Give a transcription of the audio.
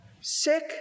sick